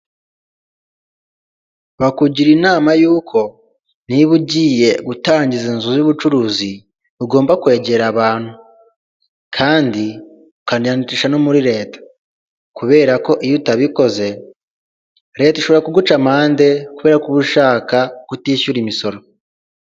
Bakugira inama yuko niba ugiye gutangiza inzu y'ubucuruzi ugomba kwegera abantu kandi ukani yandikisha no muri leta kubera ko iyo utabikoze leta ishobora kuguca amande kubera ko uba ushaka kutishyura imisoro .